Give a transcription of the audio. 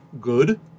good